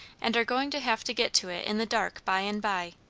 and are going to have to get to it in the dark by and by,